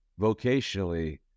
vocationally